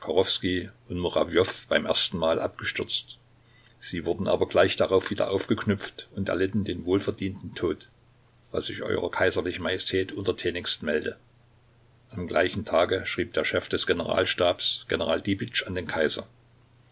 und murawjow beim ersten mal abgestürzt sie wurden aber gleich darauf wieder aufgeknüpft und erlitten den wohlverdienten tod was ich eurer kaiserlichen majestät untertänigst melde am gleichen tage schrieb der chef des generalstabs general dibitsch an den kaiser